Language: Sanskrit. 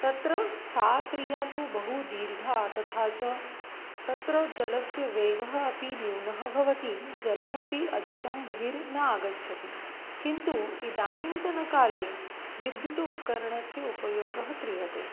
तत्र सा क्रिया तु बहु दीर्घा तथा च तत्र जलस्य वेगः अपि न्यूनः भवति जलमपि अधिकं बहिः न आगच्छति किन्तु इदानीन्तनकाले विद्युत् उपकरणस्य उपयोगः क्रियते